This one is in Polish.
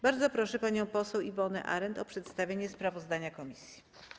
Bardzo proszę panią poseł Iwonę Arent o przedstawienie sprawozdania komisji.